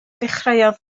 dechreuodd